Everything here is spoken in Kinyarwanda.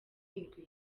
indwi